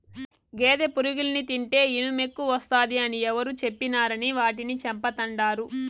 గేదె పురుగుల్ని తింటే ఇనుమెక్కువస్తాది అని ఎవరు చెప్పినారని వాటిని చంపతండాడు